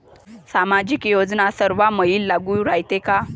सामाजिक योजना सर्वाईले लागू रायते काय?